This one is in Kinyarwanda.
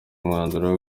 umwanzuro